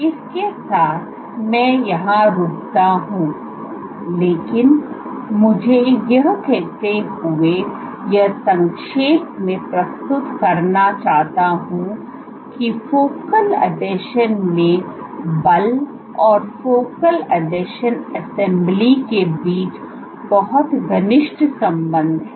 इसके साथ मैं यहां रुकता हूं लेकिन मुझे यह कहते हुए यह संक्षेप में प्रस्तुत करना चाहता हूं कि फोकल आसंजन में बल और फोकल आसंजन असेंबली के बीच बहुत घनिष्ठ संबंध है